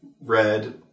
red